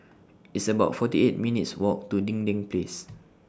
It's about forty eight minutes' Walk to Dinding Place